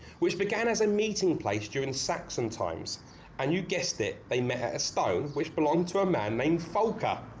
which began as a meeting place during saxon times and you guessed it they met a a stone which belonged to a man named folka,